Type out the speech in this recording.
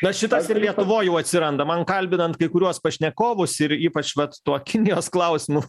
na šitas ir lietuvoj jau atsiranda man kalbinant kai kuriuos pašnekovus ir ypač vat tuo kinijos klausimu